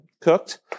cooked